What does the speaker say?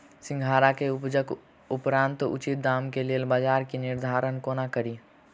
सिंघाड़ा केँ उपजक उपरांत उचित दाम केँ लेल बजार केँ निर्धारण कोना कड़ी?